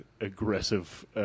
aggressive